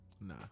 nah